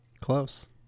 Close